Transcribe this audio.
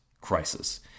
crisis